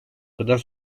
kadar